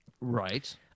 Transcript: Right